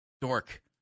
dork